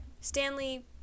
stanley